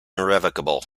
irrevocable